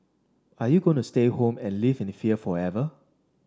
are you going to stay home and live in fear forever